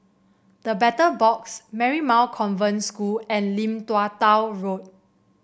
The Battle Box Marymount Convent School and Lim Tua Tow Road